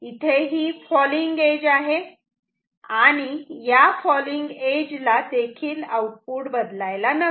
इथे ही falling edge आहे आणि या फॉलींग एज ला देखील आउटपुट बदलायला नको